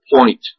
point